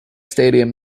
stadium